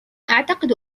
أعتقد